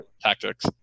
tactics